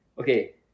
okay